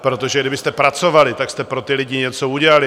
Protože kdybyste pracovali, tak jste pro ty lidi něco udělali.